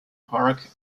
park